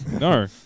No